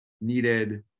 needed